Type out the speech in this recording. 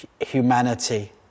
humanity